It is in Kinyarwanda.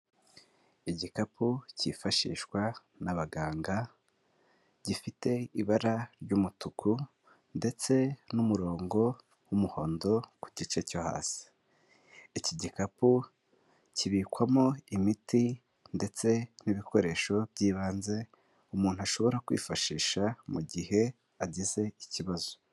Igikapu cyifashishwa n'abaganga gifite ibara ry'umutuku ndetse n'umurongo w'umuhondo ku gice cyo hasi, iki gikapu kibikwamo imiti ndetse n'ibikoresho by'ibanze umuntu ashobora kwifashisha mu gihe agize ikibazo.